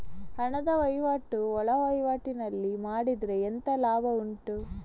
ಹಣದ ವಹಿವಾಟು ಒಳವಹಿವಾಟಿನಲ್ಲಿ ಮಾಡಿದ್ರೆ ಎಂತ ಲಾಭ ಉಂಟು?